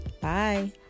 bye